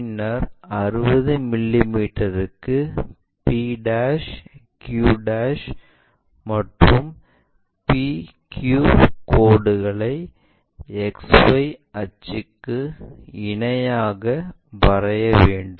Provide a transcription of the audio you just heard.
பின்னர் 60 மிமீ க்கு pq and pq கோடுகளை XY அச்சுக்கு இணையாக வரைய வேண்டும்